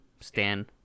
Stan